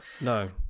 no